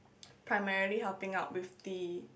primarily helping out with the